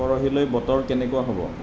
পৰহিলৈ বতৰ কেনেকুৱা হ'ব